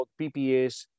PPAs